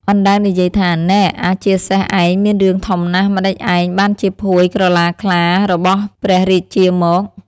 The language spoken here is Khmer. អណ្ដើកនិយាយថា៖ "នែ! អាជាសេះឯងមានរឿងធំណាស់ ម្ដេចឯងបានជាភួយក្រឡាខ្លារបស់ព្រះរាជាមក?"